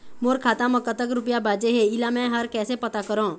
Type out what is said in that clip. मोर खाता म कतक रुपया बांचे हे, इला मैं हर कैसे पता करों?